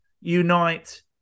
Unite